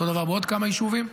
אותו דבר בעוד כמה יישובים.